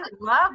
love